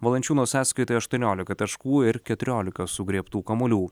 valančiūno sąskaitoje aštuoniolika taškų ir keturiolika sugriebtų kamuolių